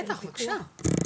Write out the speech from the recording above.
בטח, בבקשה.